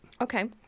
Okay